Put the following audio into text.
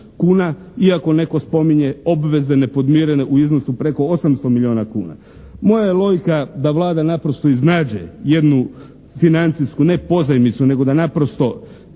kuna, iako netko spominje obveze nepodmirene u iznosu preko 800 milijuna kuna. Moja je logika da Vlada naprosto iznađe jednu financijsku ne pozajmicu nego da naprosto